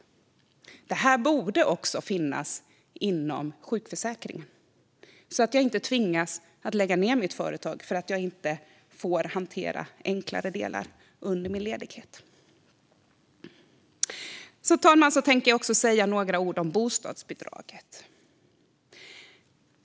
Detta borde även finnas inom sjukförsäkringen så att man inte tvingas lägga ned sitt företag för att man inte får hantera enklare delar under sin ledighet. Fru talman! Jag tänker också säga några ord om bostadsbidraget.